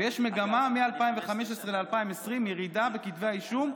ויש מגמה מ-2015 ל-2020 של ירידה בכתבי האישום,